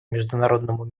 международному